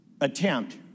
attempt